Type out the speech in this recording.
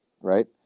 right